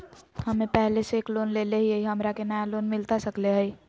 हमे पहले से एक लोन लेले हियई, हमरा के नया लोन मिलता सकले हई?